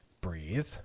breathe